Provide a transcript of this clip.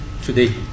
Today